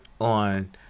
on